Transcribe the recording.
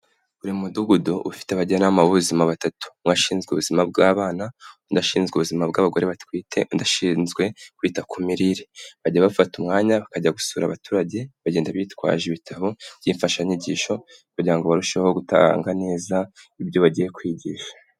Buri mudugudu uba ufite abajyanama b'ubuzima batatu, umwe ashinzwe ubuzima bw'abana, undi ashinzwe ubuzima bw'abagore batwite, indi ashinzwe kwita ku mirire, bajya bafata umwanya bakajya gusura abaturage bagenda bitwaje ibitabo by'imfashanyigisho kugira ngo barusheho gutanga neza ibyo bagiye kwigisha.